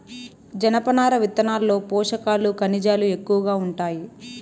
జనపనార విత్తనాల్లో పోషకాలు, ఖనిజాలు ఎక్కువగా ఉంటాయి